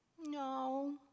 No